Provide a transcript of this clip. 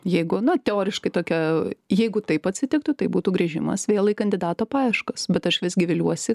jeigu na teoriškai tokia jeigu taip atsitiktų tai būtų grįžimas vėl į kandidato paieškas bet aš visgi viliuosi